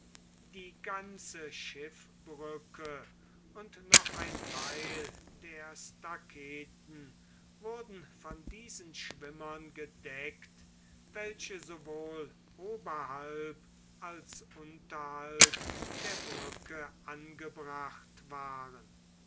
die ganze schiffbrücke und noch ein theil der staketen wurden von diesen schwimmern gedeckt welche sowohl oberhalb als unterhalb der brücke angebracht waren